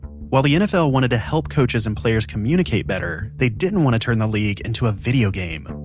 while the nfl wanted to help coaches and players communicate better, they didn't want to turn the league into a video game.